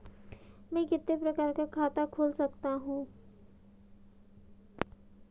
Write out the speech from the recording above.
मैं कितने प्रकार का खाता खोल सकता हूँ?